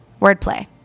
Wordplay